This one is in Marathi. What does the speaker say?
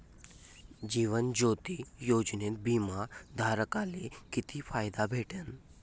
जीवन ज्योती योजनेत बिमा धारकाले किती फायदा भेटन?